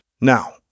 Now